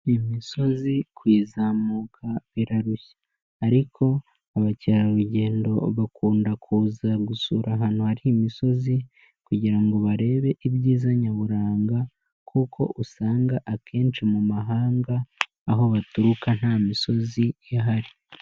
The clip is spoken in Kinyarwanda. Imisozi kuzamuka birashya, ariko abakerarugendo bakunda kuza gusura ahantu hari imisozi, kugirango barebe ibyiza nyaburanga, kuko usanga akenshi mu mahanga aho baturuka nta misozi ihari.